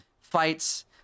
fights